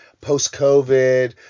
post-COVID